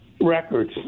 records